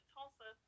Tulsa